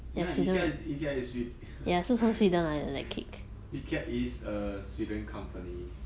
ikea is ikea is swed~ ikea is a sweden company